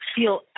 feel